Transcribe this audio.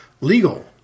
legal